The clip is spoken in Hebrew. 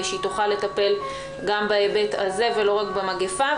שהיא תוכל לטפל גם בהיבט הזה ולא רק במגפה.